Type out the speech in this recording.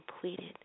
completed